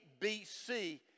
BC